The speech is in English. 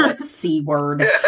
c-word